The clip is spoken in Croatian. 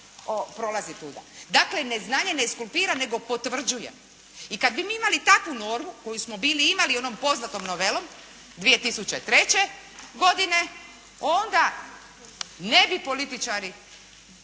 prolazi tuda.". Dakle, neznanje ne eskulpira nego potvrđuje i kad bi mi imali takvu normu koju smo bili imali onom poznatom novelom 2003. godine onda ne bi političari